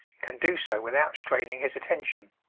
can do so without straining his attention.